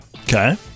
Okay